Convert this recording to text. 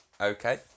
Okay